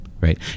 right